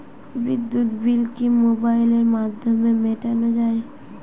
বিদ্যুৎ বিল কি মোবাইলের মাধ্যমে মেটানো য়ায়?